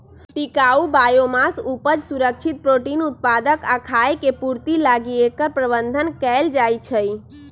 टिकाऊ बायोमास उपज, सुरक्षित प्रोटीन उत्पादक आ खाय के पूर्ति लागी एकर प्रबन्धन कएल जाइछइ